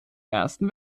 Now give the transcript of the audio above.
ersten